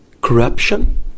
corruption